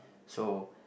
so